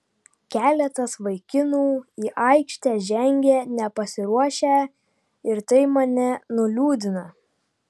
keletas vaikinų į aikštę žengę nepasiruošę ir tai mane nuliūdina